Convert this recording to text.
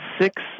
six